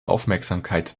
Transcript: aufmerksamkeit